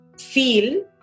feel